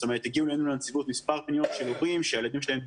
זאת אומרת הגיעו אלינו מספר פניות של הורים שגרים